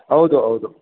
ಹೌದು ಹೌದು